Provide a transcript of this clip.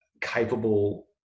capable